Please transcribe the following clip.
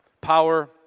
power